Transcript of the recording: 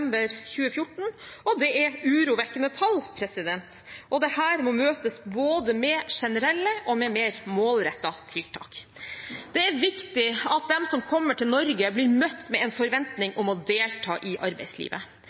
2014, og det er urovekkende tall, og dette må møtes både med generelle og med mer målrettede tiltak. Det er viktig at de som kommer til Norge, blir møtt med en forventning om å delta i arbeidslivet.